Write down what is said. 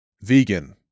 Vegan